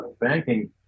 banking